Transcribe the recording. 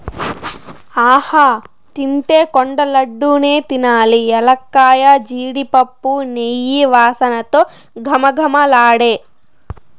ఆహా తింటే కొండ లడ్డూ నే తినాలి ఎలక్కాయ, జీడిపప్పు, నెయ్యి వాసనతో ఘుమఘుమలాడే